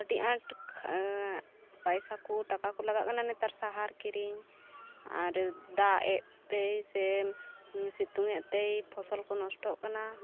ᱟᱹᱰᱤᱟᱴ ᱯᱟᱭᱥᱟᱠᱩ ᱴᱟᱠᱟᱠᱩ ᱞᱟᱜᱟᱜ ᱠᱟᱱᱟ ᱱᱮᱛᱟᱨ ᱥᱟᱦᱟᱨ ᱠᱤᱨᱤᱧ ᱟᱨ ᱫᱟᱜ ᱮᱫᱛᱮᱭ ᱥᱮ ᱥᱤᱛᱩᱝ ᱮᱫᱛᱮᱭ ᱯᱷᱚᱥᱚᱞᱠᱚ ᱱᱚᱥᱴᱚᱜ ᱠᱟᱱᱟ